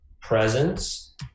presence